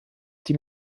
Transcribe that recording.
die